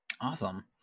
awesome